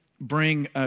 bring